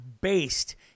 based